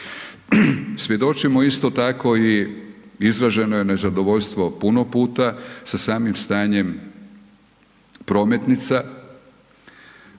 Svjedočimo isto tako i izraženo je nezadovoljstvo puno puta sa samim stanjem prometnica,